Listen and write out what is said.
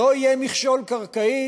לא יהיה מכשול קרקעי